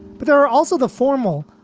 but there are also the formal,